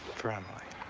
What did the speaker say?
for emily.